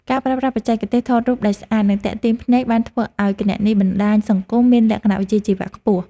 ការប្រើប្រាស់បច្ចេកទេសថតរូបដែលស្អាត និងទាក់ទាញភ្នែកបានធ្វើឱ្យគណនីបណ្តាញសង្គមមានលក្ខណៈវិជ្ជាជីវៈខ្ពស់។